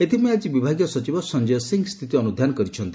ଏଥପାଇଁ ଆଜି ବିଭାଗୀୟ ସଚିବ ସଞ୍ଞୟ ସିଂ ସ୍କିତି ଅନୁଧ୍ରାନ କରିଛନ୍ତି